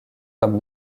comme